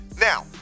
Now